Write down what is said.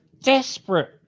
desperate